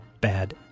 bad